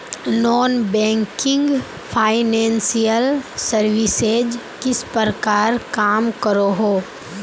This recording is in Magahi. नॉन बैंकिंग फाइनेंशियल सर्विसेज किस प्रकार काम करोहो?